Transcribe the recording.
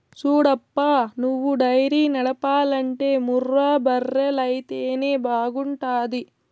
సూడప్పా నువ్వు డైరీ నడపాలంటే ముర్రా బర్రెలైతేనే బాగుంటాది